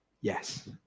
yes